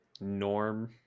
norm